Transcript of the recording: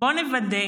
בוא נוודא